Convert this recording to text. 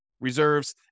Reserves